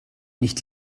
nicht